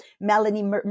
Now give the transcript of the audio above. melanie